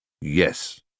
Yes